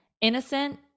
innocent